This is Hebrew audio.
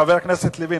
לוין,